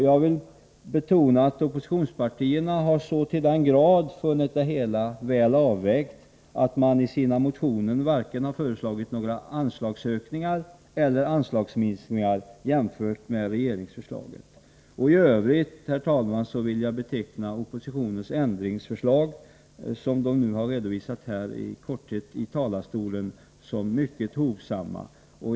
Jag vill betona att oppositionspartierna har så till den grad funnit det hela väl avvägt att man i sina motioner inte har föreslagit vare sig anslagsökningar eller anslagsminskningar jämfört med regeringsförslaget. I övrigt, herr talman, vill jag beteckna oppositionens ändringsförslag, som nui korthet har redovisats från talarstolen, som mycket hovsamma.